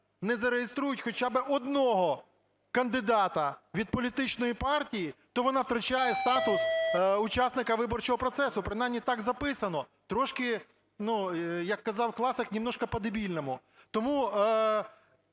не зареєструють хоча би одного кандидата від політичної партії, то вона втрачає статус учасника виборчого процесу. Принаймні так записано. Трошки, ну, як казав класик, "немножко по-дебильному". Тому,